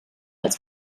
als